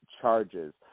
charges